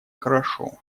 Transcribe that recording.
хорошо